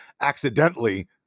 accidentally